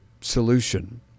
solution